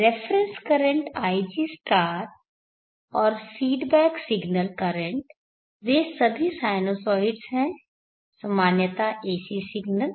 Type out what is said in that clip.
reference current ig और feedback signal current वे सभी साइनुसॉइड्स हैं सामान्यता AC सिग्नल